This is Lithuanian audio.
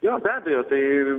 jo be abejo tai